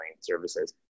services